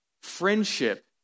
Friendship